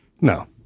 No